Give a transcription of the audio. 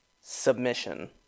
Submission